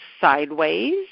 sideways